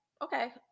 okay